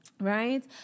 Right